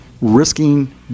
risking